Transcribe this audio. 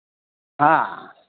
ꯑꯥ